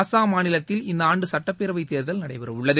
அசாம் மாநிலத்தில் இந்த ஆண்டு சட்டப்பேரவை தேர்தல் நடைபெறவுள்ளது